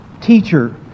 Teacher